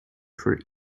for